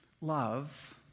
love